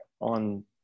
on